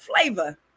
flavor